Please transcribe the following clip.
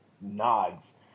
nods